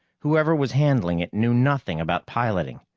whoever was handling it knew nothing about piloting.